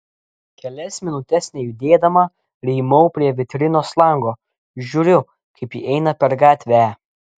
kelias minutes nejudėdama rymau prie vitrinos lango žiūriu kaip ji eina per gatvę